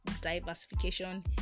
diversification